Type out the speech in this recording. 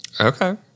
Okay